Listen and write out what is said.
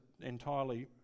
entirely